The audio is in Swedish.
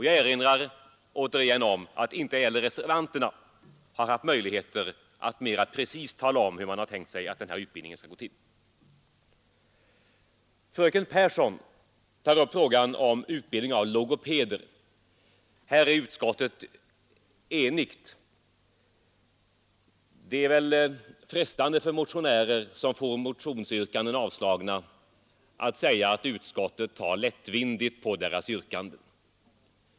Jag erinrar återigen om att inte heller reservanterna haft möjligheter att mera preciserat tala om hur den här utbildningen skall gå till. Fröken Pehrsson tar upp frågan om utbildning av logopeder. Här är utskottets utlåtande enhälligt. Det är väl frestande för motionärer som får motionsyrkandena avslagna att säga att utskottet tar lättvindigt på deras yrkande.